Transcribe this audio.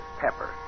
pepper